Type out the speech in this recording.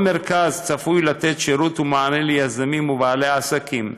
כל מרכז ייתן שירות ומענה ליזמים ולבעלי עסקים: